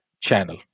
channel